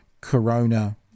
corona